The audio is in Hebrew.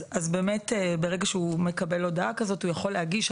ברגע שהוא מקבל הודעה כזאת הוא יכול להגיש.